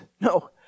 no